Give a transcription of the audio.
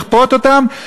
לכפות אותם,